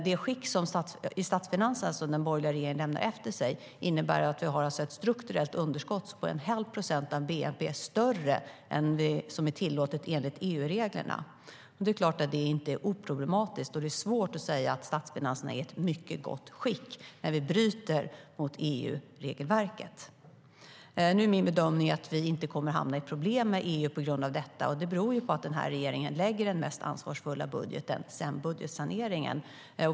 Det skick i statsfinanserna som den borgerliga regeringen lämnat efter sig innebär alltså att vi har ett strukturellt underskott på en hel procent av bnp - större än vad som är tillåtet enligt EU-reglerna. Det är klart att det inte är oproblematiskt, och det är svårt att säga att statsfinanserna är i ett mycket gott skick när vi bryter mot EU-regelverket. Nu är min bedömning att vi inte kommer att få problem med EU på grund av detta, och det beror på att regeringen lägger fram den mest ansvarsfulla budgeten sedan budgetsaneringen.